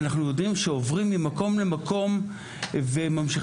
ואנחנו יודעים שעוברים ממקום למקום וממשיכים